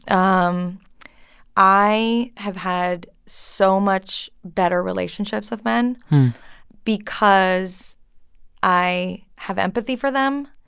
i um i have had so much better relationships with men because i have empathy for them.